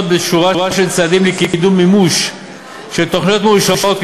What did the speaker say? בשורה של צעדים לקידום מימוש של תוכניות מאושרות,